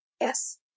Yes